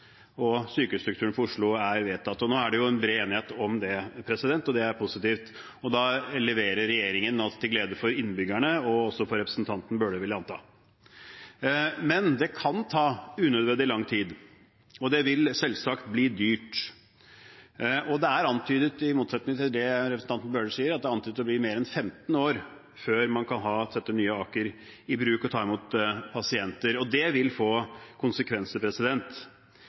er positivt. Da leverer regjeringen til glede for innbyggerne – og også for representanten Bøhler, vil jeg anta. Men det kan ta unødvendig lang tid, og det vil selvsagt bli dyrt. Og det er antydet, i motsetning til det representanten Bøhler sier, at det kan være mer enn 15 år til man kan ta nye Aker i bruk og ta imot pasienter. Det vil få konsekvenser.